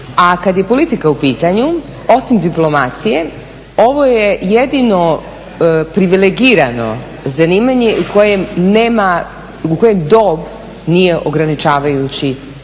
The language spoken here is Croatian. A kada je politika u pitanju osim diplomacije, ovo je jedino privilegirano zanimanje u kojoj dob nije ograničavajući faktor.